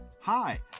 Hi